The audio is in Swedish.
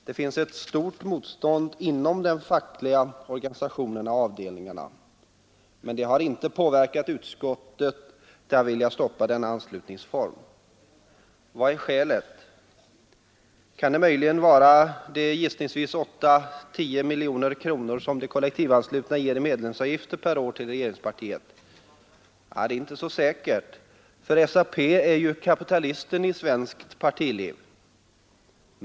Det finns ett stort motstånd inom de fackliga organisationerna och avdelningarna, men det har inte påverkat utskottet till att vilja stoppa denna anslutningsform. Vad är skälet? Kan det möjligen vara de gissningsvis 8—-10 miljoner kronor som de kollektivanslutna ger i medlemsavgifter per år till regeringspartiet? Det är inte så säkert, för SAP är ju kapitalisten i svenskt partiliv.